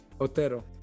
Otero